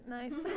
nice